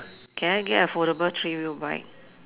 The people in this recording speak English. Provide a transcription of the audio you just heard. can I get a foldable three wheel bike